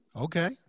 okay